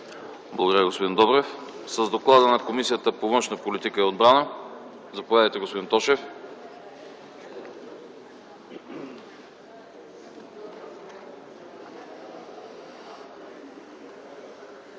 Благодаря Ви, господин Вълков. С доклада на Комисията по външна политика и отбрана ще ни запознае господин Тошев.